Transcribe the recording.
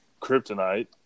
Kryptonite